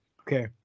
Okay